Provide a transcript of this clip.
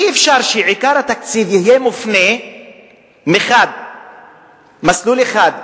אי-אפשר שעיקר התקציב יהיה מופנה למסלול אחד,